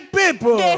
people